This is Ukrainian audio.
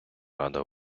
рада